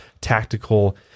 tactical